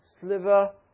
sliver